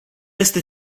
este